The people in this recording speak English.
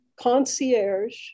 concierge